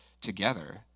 together